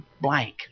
blank